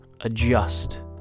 adjust